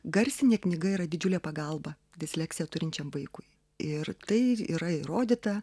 garsinė knyga yra didžiulė pagalba disleksiją turinčiam vaikui ir tai ir yra įrodyta